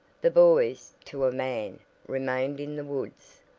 the boys to a man remained in the woods,